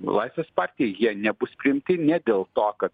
laisvės partija jie nebus priimti ne dėl to kad